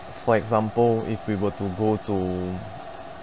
for example if we were to go to